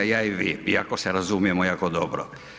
Ja i vi, iako se razumijemo jako dobro.